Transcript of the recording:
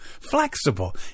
flexible